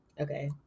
Okay